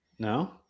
No